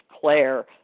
Claire